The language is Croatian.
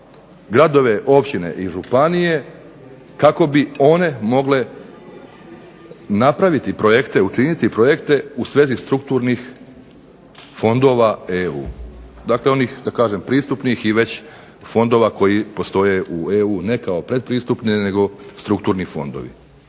gradove, općine i županije kako bi one mogle napraviti projekte u svezi strukturnih fondova EU. Dakle, onih pristupnih i fondova koji već postoje u EU ne kao pretpristupne nego strukturni fondovi.